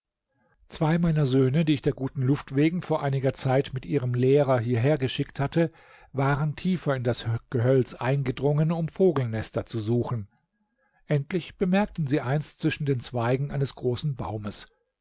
zwei meiner söhne die ich der guten luft wegen vor einiger zeit mit ihrem lehrer hierher geschickt hatte waren tiefer in das gehölz eingedrungen um vogelnester zu suchen endlich bemerkten sie eins zwischen den zweigen eines großes baumes